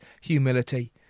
humility